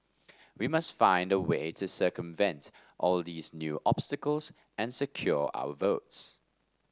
we must find a way to circumvent all these new obstacles and secure our votes